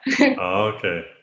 Okay